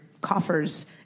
coffers